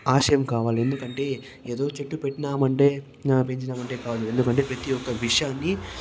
ఆశయం కావాలి ఎందుకంటే ఏదో చెట్టు పెట్టినామంటే పెట్టినామంటే కాదు ఎందుకంటే ప్రతి ఒక్క విషయాన్ని